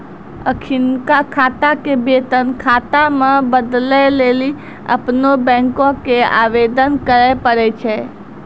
अखिनका खाता के वेतन खाता मे बदलै लेली अपनो बैंको के आवेदन करे पड़ै छै